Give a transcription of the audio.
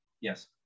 Yes